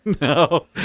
No